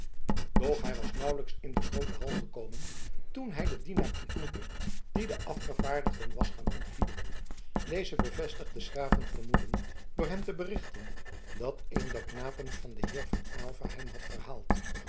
hij was nauwelijks in de groote hal gekomen toen hij den dienaar ontmoette die de afgevaardigden was gaan ontbieden deze bevestigde s graven vermoeden door hem te berichten dat een der knapen van den heer van aylva hem had verhaald